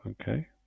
Okay